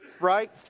Right